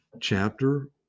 chapter